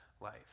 life